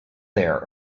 there